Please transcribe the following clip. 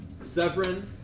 Severin